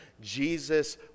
Jesus